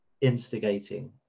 instigating